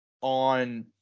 on